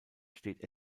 steht